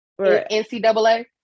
NCAA